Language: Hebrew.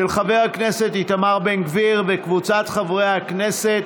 של חבר הכנסת איתמר בן גביר וקבוצת חברי הכנסת.